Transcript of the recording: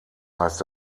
heißt